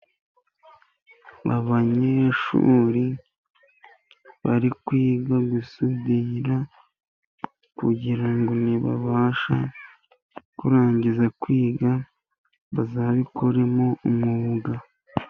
Abanyeshuri bari kwiga gusudira, kugira ngo nibabasha kurangiza kwiga bazabikoremo umwuga.